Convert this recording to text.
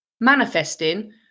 Manifesting